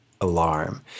Alarm